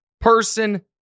person